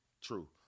True